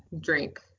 drink